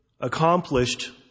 accomplished